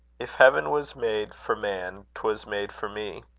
if heaven was made for man, twas made for me.